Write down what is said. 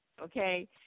okay